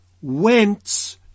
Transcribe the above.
whence